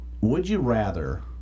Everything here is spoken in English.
would-you-rather